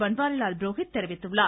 பன்வாரிலால் புரோஹித் தெரிவித்துள்ளார்